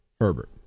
Herbert